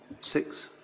Six